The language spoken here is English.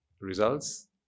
results